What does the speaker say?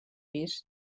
pis